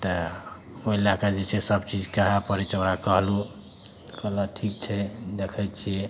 तऽ ओइ लए कऽ जे छै से सबचीज कहऽ पड़य छै ओकरा कहलहुँ कहलक ठीक छै देखय छियै